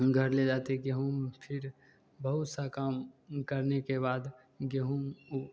घर ले जाते गेहूँ फ़िर बहुत सा काम करने के बाद गेहूँ